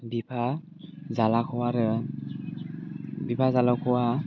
बिफा जालाख' आरो बिफा जालाख'आ